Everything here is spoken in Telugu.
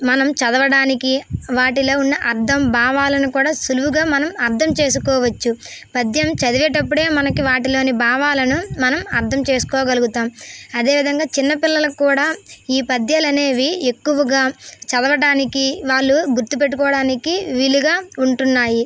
మనం చదవడానికి వాటిలో ఉన్న అర్థం భావాలను కూడా సులువుగా మనం అర్థం చేసుకోవచ్చు పద్యం చదివేటప్పుడే మనకి వాటిలోని భావాలను మనం అర్థం చేసుకోగలుగుతాం అదే విధంగా చిన్నపిల్లలకి కూడా ఈ పద్యాలు అనేవి ఎక్కువగా చదవడానికి వాళ్ళు గుర్తు పెట్టుకోవడానికి వీలుగా ఉంటున్నాయి